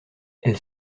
elle